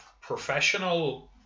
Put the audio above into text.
professional